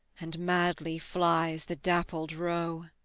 and madly flies the dappled roe.